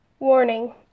Warning